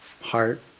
heart